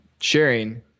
sharing